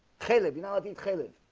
caleb you know i think raylan